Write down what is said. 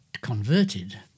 converted